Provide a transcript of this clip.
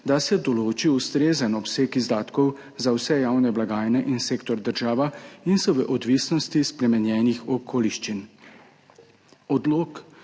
da se določi ustrezen obseg izdatkov za vse javne blagajne in sektor država in so v odvisnosti spremenjenih okoliščin.